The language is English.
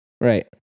Right